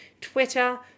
Twitter